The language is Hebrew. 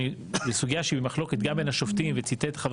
היא סוגייה שהיא במחלוקת גם בין השופטים וציטט חבר